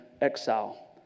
exile